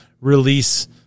release